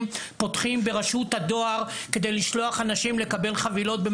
פותחים ברשות הדואר כדי לשלוח אנשים לקבל חבילות?